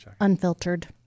Unfiltered